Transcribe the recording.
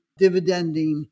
dividending